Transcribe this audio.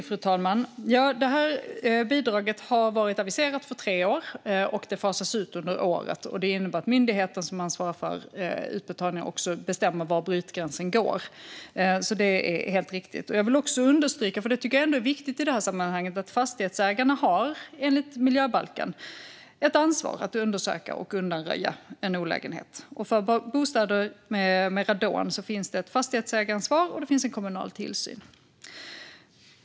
Fru talman! Bidraget har varit aviserat för tre år, och det fasas ut under året. Det innebär att myndigheten som ansvarar för utbetalningarna också bestämmer var brytgränsen går. Låt mig understryka att enligt miljöbalken har fastighetsägarna ett ansvar att undersöka och undanröja en olägenhet. För bostäder med radon finns ett fastighetsägaransvar och en kommunal tillsyn.